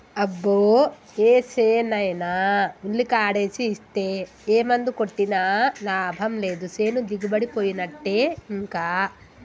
అబ్బో ఏసేనైనా ఉల్లికాడేసి ఇస్తే ఏ మందు కొట్టినా లాభం లేదు సేను దిగుబడిపోయినట్టే ఇంకా